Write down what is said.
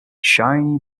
shiny